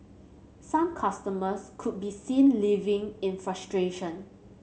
some customers could be seen leaving in frustration